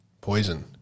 poison